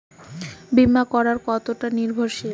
বীমা করা কতোটা নির্ভরশীল?